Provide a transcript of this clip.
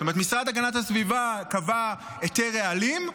זאת אומרת, המשרד להגנת הסביבה קבע היתר רעלים,